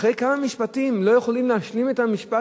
אחרי כמה משפטים לא יכולים להשלים את המשפט